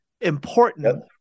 important